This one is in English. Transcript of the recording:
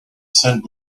sent